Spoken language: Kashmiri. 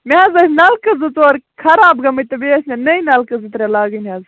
مےٚ حظ ٲسۍ نَلکہٕ زٕ ژور خراب گٲمٕتۍ تہٕ بیٚیہِ ٲسۍ مےٚ نٔے نَلکہٕ زٕ ترٛےٚ لاگٕنۍ حظ